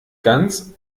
ganz